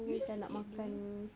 you just ate though